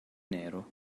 nero